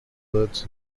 birds